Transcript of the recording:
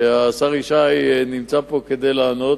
שהשר ישי נמצא פה כדי לענות,